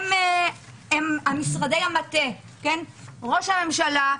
משרדי המטה: ראש הממשלה,